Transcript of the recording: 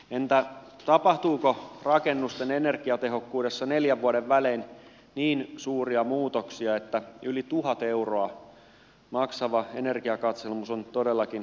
entä tapahtuuko rakennusten energiatehokkuudessa neljän vuoden välein niin suuria muutoksia että yli tuhat euroa maksava energiakatselmus on todellakin tarpeellinen